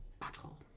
battle